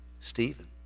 Stephen